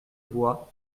bois